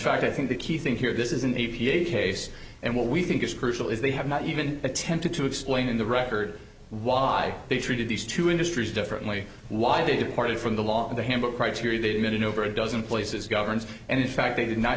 fact i think the key thing here this is an e p a case and what we think is crucial is they have not even attempted to explain in the record why they treated these two industries differently why they departed from the law in the handbook criteria they met in over a dozen places governs and in fact they did not